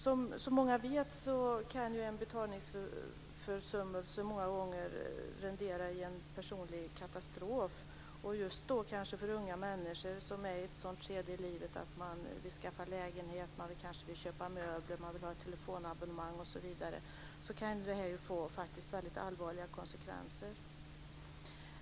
Som många vet kan en betalningsförsummelse många gånger rendera i en personlig katastrof. Just för unga människor som befinner sig i ett sådant skede i livet att de vill skaffa lägenhet, köpa möbler, skaffa ett telefonabonnemang osv. kan detta faktiskt få väldigt allvarliga konsekvenser.